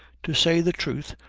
to say the truth,